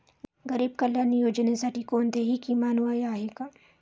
गरीब कल्याण योजनेसाठी कोणतेही किमान वय आहे का?